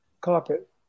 carpet